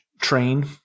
train